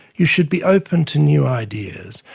you should be open to new ideas,